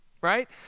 right